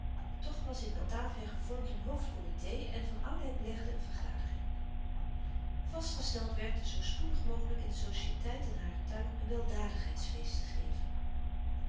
toch was in batavia gevormd een hoofdcomité en van oudijck belegde een vergade ring vastgesteld werd zoo spoedig mogelijk in de societeit en haren tuin een wellouis couperus de stille kracht dadigheidsfeest te geven